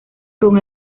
con